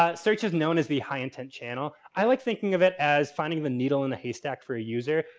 um search is known as the high intent channel. i like thinking of it as finding the needle in the haystack for a user.